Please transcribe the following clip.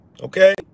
okay